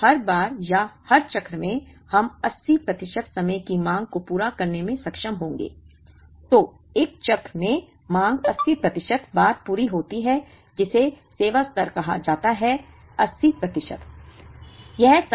तो एक चक्र में मांग 80 प्रतिशत बार पूरी होती है जिसे सेवा स्तर कहा जाता है 80 प्रतिशत